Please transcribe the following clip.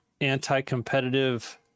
anti-competitive